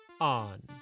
on